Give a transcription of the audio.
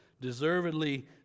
Deservedly